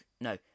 no